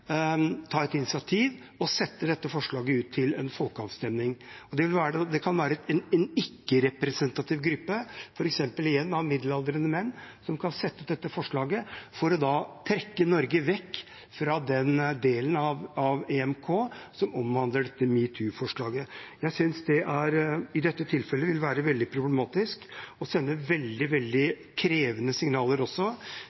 ta et initiativ og sette dette forslaget ut til folkeavstemning, og det kan være en ikke-representativ gruppe, f.eks., igjen, av middelaldrende menn, som kan sette fram dette forslaget for å trekke Norge vekk fra den delen av EMK som omhandler dette metoo-forslaget. Jeg synes det i dette tilfellet ville være veldig problematisk og også sende veldig